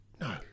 no